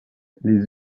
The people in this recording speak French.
les